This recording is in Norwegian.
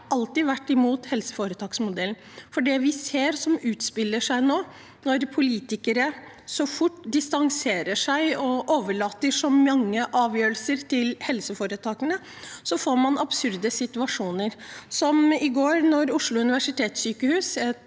alltid vært imot helseforetaksmodellen, for det vi ser utspille seg nå, er at når politikere så fort distanserer seg og overlater så mange avgjørelser til helseforetakene, får man absurde situasjoner. Som i går, da Oslo universitetssykehus,